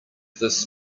this